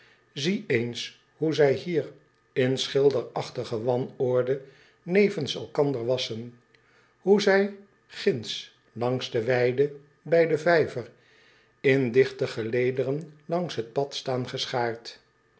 ie eens hoe zij hier in schilderachtige wanorde nevens elkander wassen hoe zij ginds langs de weide bij den vijver in digte gelederen langs het pad staan geschaard